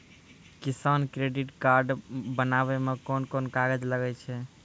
किसान credit card बनाबै मे कोन कोन कागज लागै छै?